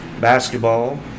Basketball